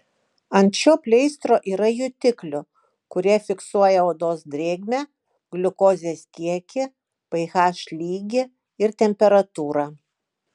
ant šio pleistro yra jutiklių kurie fiksuoja odos drėgmę gliukozės kiekį ph lygį ir temperatūrą